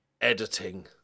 Editing